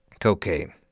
cocaine